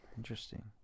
interesting